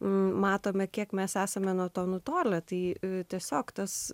matome kiek mes esame nuo to nutolę tai tiesiog tas